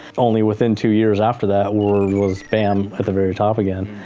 only within two years after that, where was bam, at the very top again.